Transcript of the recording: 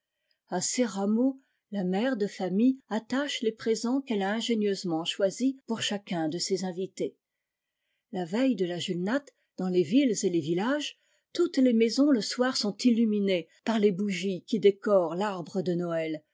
la mère de famille attache les présents qu'elle a ingénieusement choisis pour chacun de ses invités la veille de la julnat dans les villes et les villages toutes les maisons le suir sont illuminées par les bougies qui décorent l'arbre de noël